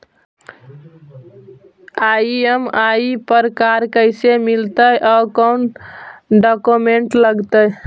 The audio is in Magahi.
ई.एम.आई पर कार कैसे मिलतै औ कोन डाउकमेंट लगतै?